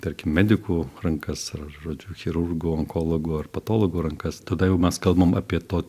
tarkim medikų rankas ar žodžiu chirurgų onkologų ar patologų rankas tada jau mes kalbam apie to